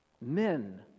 men